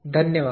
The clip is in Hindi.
धन्यवाद